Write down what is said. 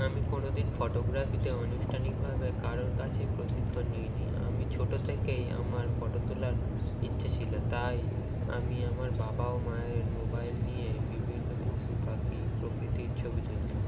আমি কোনো দিন ফটোগ্রাফিতে আনুষ্ঠানিকভাবে কারোর কাছেই প্রশিক্ষণ নিইনি আমি ছোটো থেকেই আমার ফটো তোলার ইচ্ছো ছিল তাই আমি আমার বাবা ও মায়ের মোবাইল নিয়ে বিভিন্ন পশু পাখি প্রকৃতির ছবি তুলতাম